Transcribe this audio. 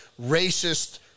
racist